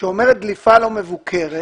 שאומרת דליפה לא מבוקרת